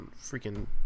freaking